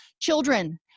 Children